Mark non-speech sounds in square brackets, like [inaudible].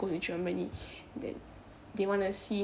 go to germany [breath] that they want to see